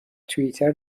توئیتر